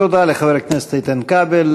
תודה לחבר הכנסת איתן כבל.